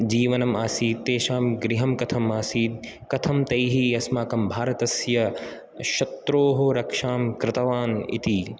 जीवनम् आसीत् तेषां गृहं कथमासीत् कथं तैः अस्माकं भारतस्य शत्रोः रक्षां कृतवान् इति